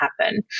happen